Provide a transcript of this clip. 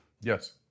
Yes